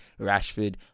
rashford